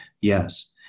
Yes